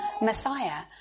Messiah